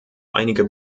einige